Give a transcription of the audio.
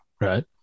right